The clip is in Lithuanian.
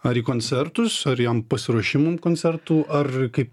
ar į koncertus ar jiem pasiruošimam koncertų ar kaip